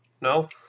No